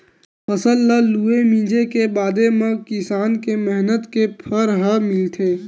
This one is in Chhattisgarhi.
फसल ल लूए, मिंजे के बादे म किसान के मेहनत के फर ह मिलथे